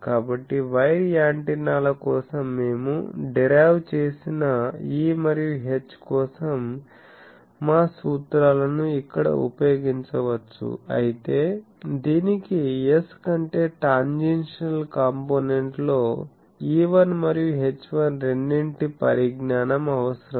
కాబట్టి వైర్ యాంటెన్నాల కోసం మేము డెరైవ్ చేసిన E మరియు H కోసం మా సూత్రాలను ఇక్కడ ఉపయోగించవచ్చు అయితే దీనికి S కంటే టాంజెన్షియల్ కాంపోనెంట్లో E1 మరియు H1 రెండింటి పరిజ్ఞానం అవసరం